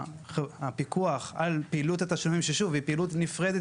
הפיקוח על פעילות התשלומים שהיא פעילות נפרדת